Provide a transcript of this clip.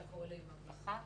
אתה קורא להן ממלכה,